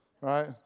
right